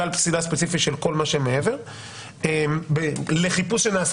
כלל פסילה ספציפי של כל מה שמעבר לחיפוש שנעשה